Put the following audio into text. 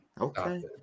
Okay